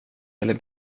eller